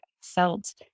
felt